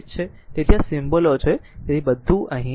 તેથી આ સિમ્બોલો છે તેથી બધું અહીં લખાયેલું છે